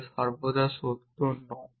যা সর্বদা সত্য হয় না